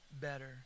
better